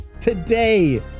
Today